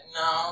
no